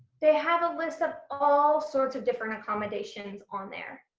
they have a list of all sorts of different accommodations on there